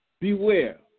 beware